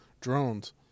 drones